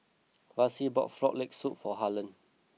Vassie bought Frog Leg Soup for Harlen